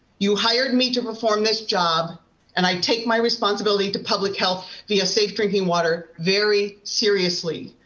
you hired me to perform this job and i take my responsibility to public health, via safe drinking water, very seriously.